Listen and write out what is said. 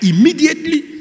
immediately